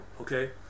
okay